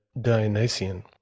Dionysian